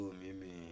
mimi